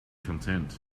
content